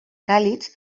càlids